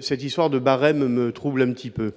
cette histoire de barème me trouble quelque peu.